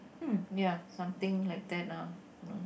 hmm ya something like that lah know